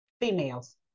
Females